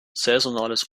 saisonales